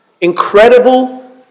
incredible